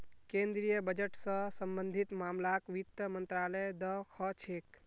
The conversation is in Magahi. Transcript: केन्द्रीय बजट स सम्बन्धित मामलाक वित्त मन्त्रालय द ख छेक